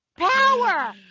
Power